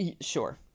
sure